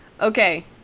Okay